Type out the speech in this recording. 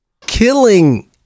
killing